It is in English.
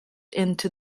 into